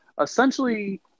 essentially